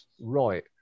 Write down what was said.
Right